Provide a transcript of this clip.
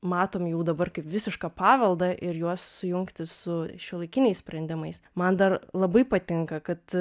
matom jau dabar kaip visišką paveldą ir juos sujungti su šiuolaikiniais sprendimais man dar labai patinka kad